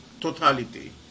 totality